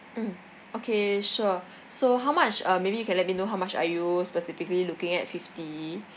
mm okay sure so how much uh maybe you can let me know how much are you specifically looking at fifty